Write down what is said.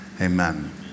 amen